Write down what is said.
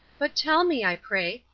but tell me, i pray,